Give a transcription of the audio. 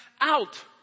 out